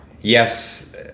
yes